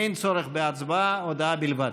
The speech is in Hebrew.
אין צורך בהצבעה, הודעה בלבד.